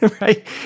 right